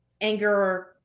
anger